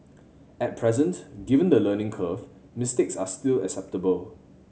at present given the learning curve mistakes are still acceptable